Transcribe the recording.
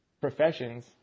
professions